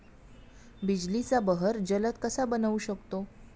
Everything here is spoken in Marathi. बिजलीचा बहर जलद कसा बनवू शकतो?